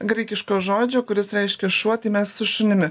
graikiško žodžio kuris reiškia šuo tai mes su šunimi